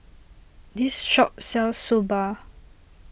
this shop sells Soba